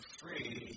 free